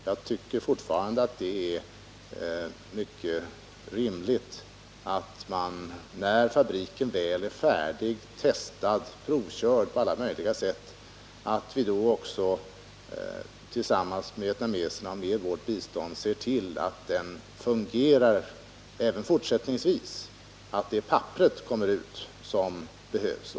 Jag tycker fortfarande att det är mycket rimligt att vi, när fabriken väl är färdig, testad och provkörd på alla möjliga sätt, tillsammans med vietnameserna ser till att den fungerar även fortsättningsvis, så att det papper kommer ut som behövs.